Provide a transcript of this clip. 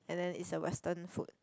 and then is a western food